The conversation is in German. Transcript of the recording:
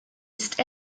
ist